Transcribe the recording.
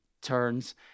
turns